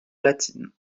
latine